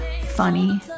funny